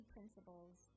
Principles